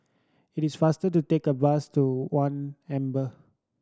it is faster to take a bus to One Amber